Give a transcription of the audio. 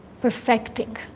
perfecting